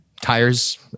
tires